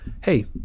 hey